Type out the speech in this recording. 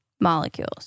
molecules